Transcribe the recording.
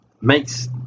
makes